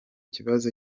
kibazo